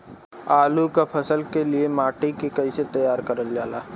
आलू क फसल के लिए माटी के कैसे तैयार करल जाला?